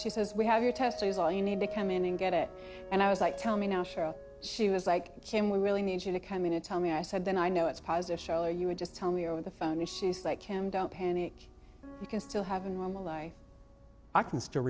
she says we have your test is all you need to come in and get it and i was like tell me now show she was like can we really need you to come in and tell me i said then i know it's posit shell or you would just tell me over the phone and she's like him don't panic you can still have a normal life i can still